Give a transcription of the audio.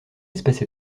espèces